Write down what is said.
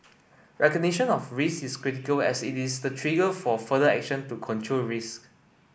recognition of risks is critical as it is the trigger for further action to control risks